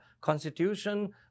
Constitution